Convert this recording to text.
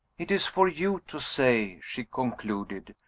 it is for you to say, she concluded,